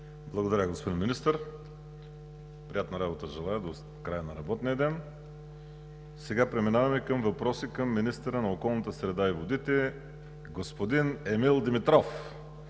Благодаря, господин Министър. Приятна работа Ви желая до края на работния ден. Сега преминаваме към въпроси към министъра на околната среда и водите господин Емил Димитров.